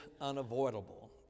unavoidable